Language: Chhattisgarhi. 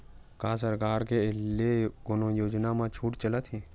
का सरकार के ले कोनो योजना म छुट चलत हे?